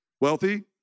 wealthy